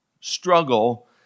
struggle